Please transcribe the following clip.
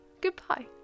goodbye